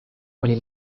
oli